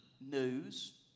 news